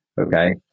okay